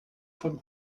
von